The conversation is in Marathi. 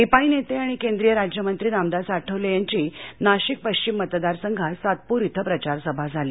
रिपाई नेते आणि केंद्रीय राज्यमंत्री रामदास आठवले यांची नाशिक पश्विम मतदार संघात सातपूर इथ प्रचार सभा झाली